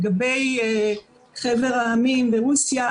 לגבי חבר העמים ורוסיה,